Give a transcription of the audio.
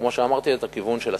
כמו שאמרתי, את הכיוון של הספינה.